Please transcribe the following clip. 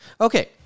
Okay